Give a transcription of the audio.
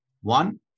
one